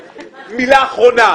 מילה אחרונה.